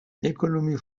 l’économie